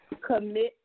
commit